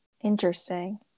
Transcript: Interesting